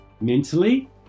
mentally